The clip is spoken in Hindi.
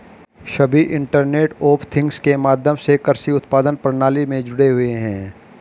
सभी इंटरनेट ऑफ थिंग्स के माध्यम से कृषि उत्पादन प्रणाली में जुड़े हुए हैं